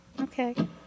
Okay